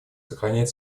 сохраняет